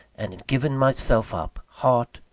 and had given myself up, heart,